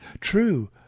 True